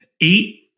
eight